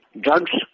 Drugs